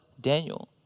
Daniel